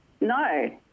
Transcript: No